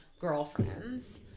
girlfriends